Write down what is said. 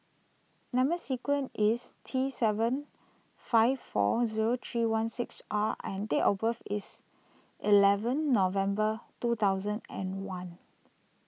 Number Sequence is T seven five four zero three one six R and date of birth is eleven November two thousand and one